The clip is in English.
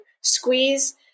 squeeze